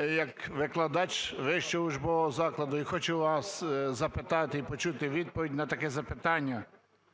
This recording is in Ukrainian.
і як викладач вищого учбового закладу. І хочу вас запитати і почути відповідь на таке запитання.